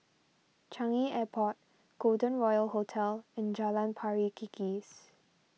Changi Airport Golden Royal Hotel and Jalan Pari Kikis